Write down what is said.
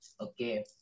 Okay